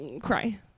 Cry